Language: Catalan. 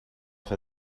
fer